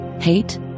Hate